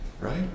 Right